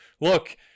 look